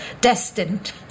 destined